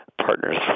partners